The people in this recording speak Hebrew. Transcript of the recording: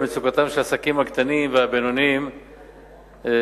מצוקתם של העסקים הקטנים והבינוניים בתחום,